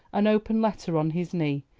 an open letter on his knee,